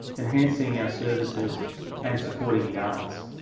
enhancing our services and supporting the arts.